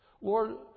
Lord